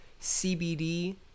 CBD